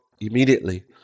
immediately